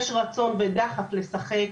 יש רצון ודחף לשחק,